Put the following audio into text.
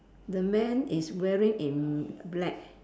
the man is wearing in black